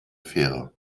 fähre